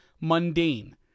mundane